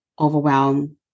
overwhelm